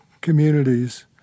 communities